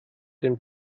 den